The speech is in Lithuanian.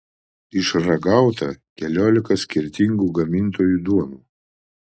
išragauta keliolika skirtingų gamintojų duonų